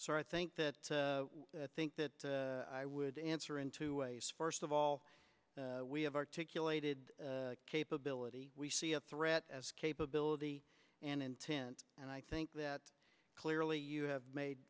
so i think that i think that i would answer in two ways first of all we have articulated capability we see a threat as capability and intent and i think that clearly you have made